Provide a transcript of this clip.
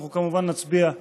אנחנו כמובן נצביע בעדו.